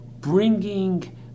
bringing